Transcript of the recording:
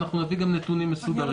ואנחנו נביא גם נתונים מסודרים.